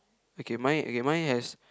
okay mine okay mine has